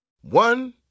One